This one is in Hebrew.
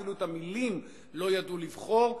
אפילו את המלים לא ידעו לבחור,